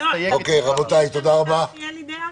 מותר לי שתהיה לי דעה?